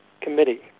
committee